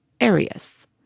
Arius